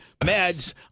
meds